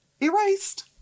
Erased